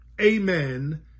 amen